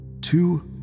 Two